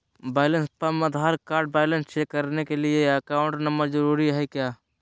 Balance पंप Aadhaar card balance check करने के लिए अकाउंट नंबर जरूरी है क्या?